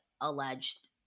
alleged